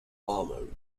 followed